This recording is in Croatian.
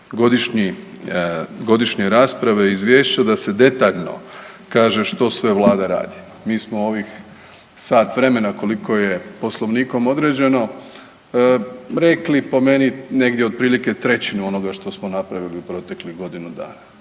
godišnje rasprave, izvješća da se detaljno kaže što sve Vlada radi. Mi smo u ovih sat vremena koliko je Poslovnikom određeno rekli po meni negdje otprilike trećinu onoga što smo napravili u proteklih godinu dana.